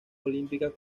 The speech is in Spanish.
olímpicas